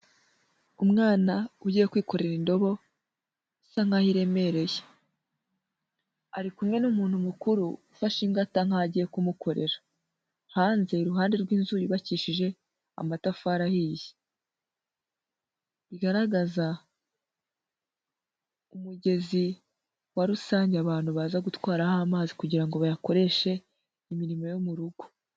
Umwana ugiye kwikorera indobo isa nk'aho iremereye. Ari kumwe n'umuntu mukuru ufashe ingata, nk'aho agiye kumukorera. Hanze, iruhande rw'inzu yubakishije amatafari ahiye. Bigaragaza umugezi wa rusange abantu baza gutwaraho amazi kugira ngo bayakoreshe imirimo yo mu rugo.